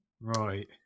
Right